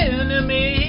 enemy